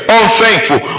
unthankful